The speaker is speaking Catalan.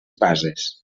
bases